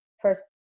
first